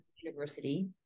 university